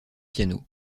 piano